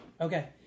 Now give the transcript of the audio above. Okay